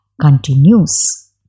continues